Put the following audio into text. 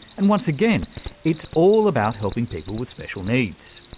and once again it's all about helping people with special needs.